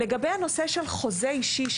לגבי הנושא של חוזה אישי.